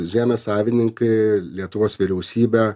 žemės savininkai lietuvos vyriausybė